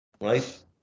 right